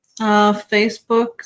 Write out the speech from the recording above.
Facebook